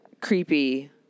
creepy